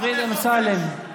דוד אמסלם.